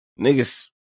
Niggas